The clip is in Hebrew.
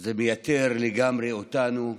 זה מייתר אותנו לגמרי,